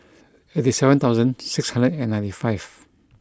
eighty seven thousand six hundred and ninety five